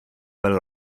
byl